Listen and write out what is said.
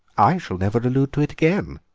i shall never allude to it again,